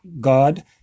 God